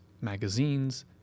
magazines